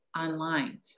online